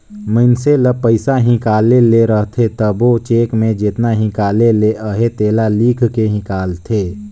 मइनसे ल पइसा हिंकाले ले रहथे तबो चेक में जेतना हिंकाले ले अहे तेला लिख के हिंकालथे